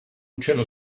uccello